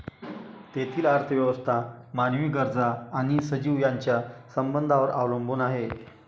तेथील अर्थव्यवस्था मानवी गरजा आणि सजीव यांच्या संबंधांवर अवलंबून आहे